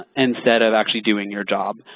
instead of actually doing your job.